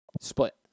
split